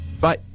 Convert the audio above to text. Bye